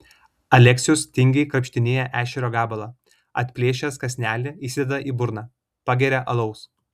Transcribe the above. aleksius tingiai krapštinėja ešerio gabalą atplėšęs kąsnelį įsideda į burną pageria alaus